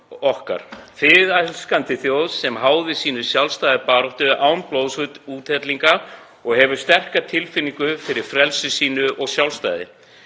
friðelskandi þjóð sem háði sína sjálfstæðisbaráttu án blóðsúthellinga og hefur sterka tilfinningu fyrir frelsi sínu og sjálfstæði.